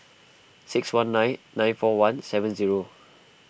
six one nine nine four one seven zero